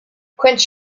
quench